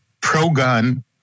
pro-gun